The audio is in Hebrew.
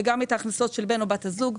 וגם את ההכנסות של בן או בת הזוג.